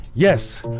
Yes